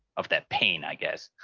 of that pain, i guess,